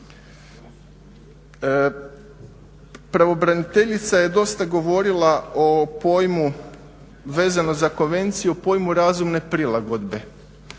Pravobraniteljica je dosta govorila o pojmu vezano za konvenciju, pojmu razumne prilagodbe,